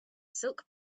silk